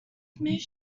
smooth